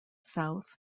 south